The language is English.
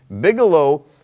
Bigelow